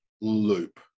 loop